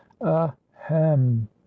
ahem